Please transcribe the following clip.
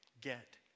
get